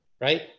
Right